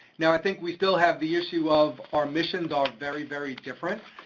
now i think we still have the issue of our missions are very, very different,